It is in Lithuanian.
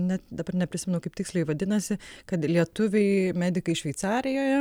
net dabar neprisimenu kaip tiksliai vadinasi kad lietuviai medikai šveicarijoje